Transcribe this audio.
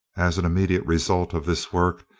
as an immediate result of this work,